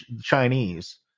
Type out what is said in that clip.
Chinese